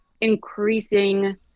increasing